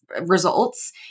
results